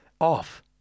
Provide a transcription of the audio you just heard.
Off